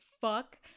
fuck